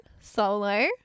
solo